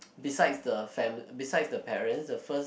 besides the family besides the parents the first